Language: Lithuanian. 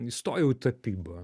įstojau į tapybą